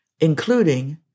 including